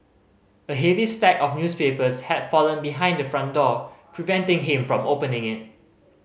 a heavy stack of newspapers had fallen behind the front door preventing him from opening it